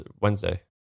Wednesday